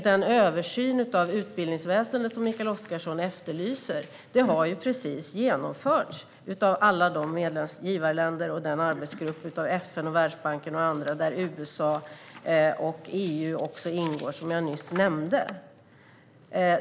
Den översyn av utbildningsväsendet som Mikael Oscarsson efterlyser har ju precis gjorts av alla givarländer - en arbetsgrupp från FN, Världsbanken och andra - och den arbetsgrupp där USA och EU ingår, som jag nyss nämnde.